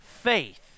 Faith